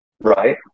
Right